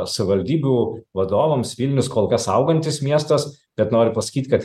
savivaldybių vadovams vilnius kol kas augantis miestas bet noriu pasakyt kad